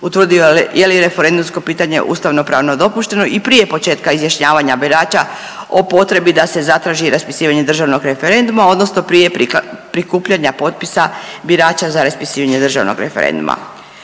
utvrdio je li referendumsko pitanje ustavno-pravno dopušteno i prije početka izjašnjavanja birača o potrebi da se zatraži raspisivanje državnog referenduma, odnosno prije prikupljanja potpisa birača za raspisivanje državnog referenduma.